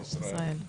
בישראל.